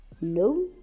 no